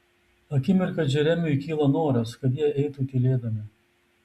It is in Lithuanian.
akimirką džeremiui kyla noras kad jie eitų tylėdami